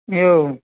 એવું